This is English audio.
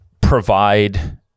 provide